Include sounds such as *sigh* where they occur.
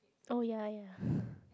oh ya ya *breath*